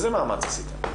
איזה מאמץ עשיתם?